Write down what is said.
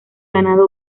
ganado